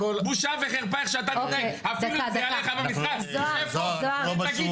בושה וחרפה איך שאתה מתנהג אפילו אם זה יעלה לך במשרה שב פה ותגיד את